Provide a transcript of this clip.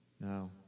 Now